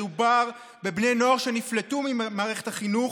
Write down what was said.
מדובר בבני נוער שנפלטו ממערכת החינוך,